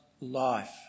life